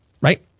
right